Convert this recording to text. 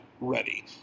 ready